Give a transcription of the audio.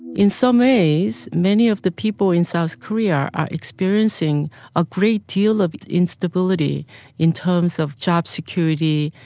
in some ways many of the people in south korea are experiencing a great deal of instability in terms of job security,